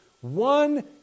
one